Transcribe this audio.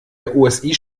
osi